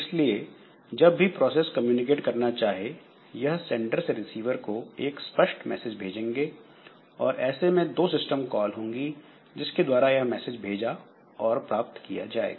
इसलिए जब भी प्रोसेस कम्युनिकेट करना चाहे यह सेंडर से रिसीवर को एक स्पष्ट मैसेज भेजेंगे और ऐसे में दो सिस्टम कॉल होंगी जिसके द्वारा यह मैसेज भेजा और प्राप्त किया जाएगा